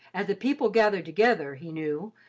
at the people gathered together, he knew,